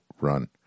run